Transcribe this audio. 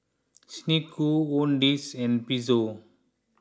Snek Ku Owndays and Pezzo